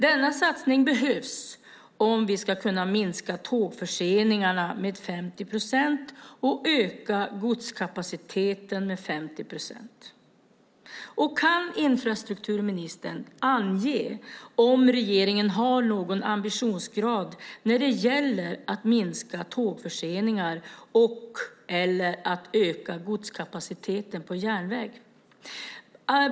Denna satsning behövs om vi ska kunna minska tågförseningarna med 50 procent och öka godskapaciteten med 50 procent. Kan infrastrukturministern ange om regeringen har någon ambitionsgrad när det gäller att minska tågförseningar och/eller öka godskapaciteten på järnväg?